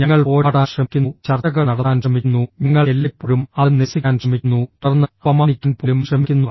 ഞങ്ങൾ പോരാടാൻ ശ്രമിക്കുന്നു ചർച്ചകൾ നടത്താൻ ശ്രമിക്കുന്നു ഞങ്ങൾ എല്ലായ്പ്പോഴും അത് നിരസിക്കാൻ ശ്രമിക്കുന്നു തുടർന്ന് അപമാനിക്കാൻ പോലും ശ്രമിക്കുന്നു